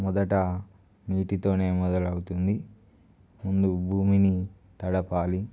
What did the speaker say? మొదట నీటితోనే మొదలవుతుంది ముందు భూమిని తడపాలి